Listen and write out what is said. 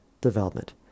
development